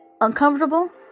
Uncomfortable